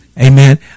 Amen